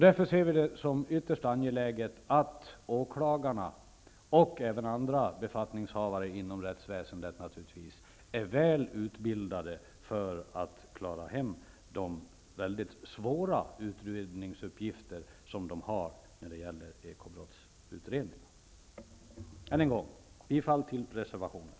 Därför ser vi det som ytterst angeläget att åklagare och andra befattningshavare inom rättsväsendet är väl utbildade för att klara de svåra utredningsuppgifter de har när det gäller ekobrott. Jag yrkar än en gång bifall till reservationen.